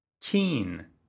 keen